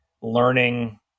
learning